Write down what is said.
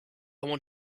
want